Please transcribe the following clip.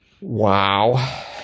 Wow